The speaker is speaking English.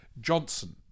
Johnson